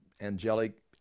angelic